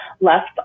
Left